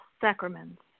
sacraments